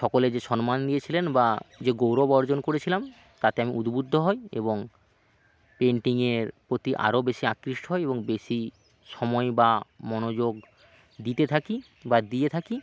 সকলে যে সন্মান দিয়েছিলেন বা যে গৌরব অর্জন করেছিলাম তাতে আমি উদবুদ্ধ হই এবং পেন্টিংয়ের প্রতি আরও বেশি আকৃষ্ট হই এবং বেশি সময় বা মনোযোগ দিতে থাকি বা দিয়ে থাকি